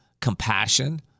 compassion